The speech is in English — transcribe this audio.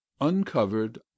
uncovered